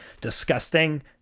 disgusting